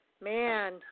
man